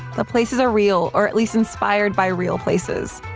the places are real or at least inspired by real places.